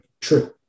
True